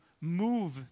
move